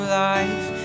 life